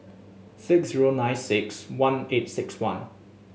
six zero nine six one eight six one